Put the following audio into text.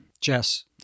Jess